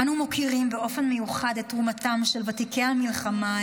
אנו מוקירים באופן מיוחד את תרומתם של ותיקי המלחמה,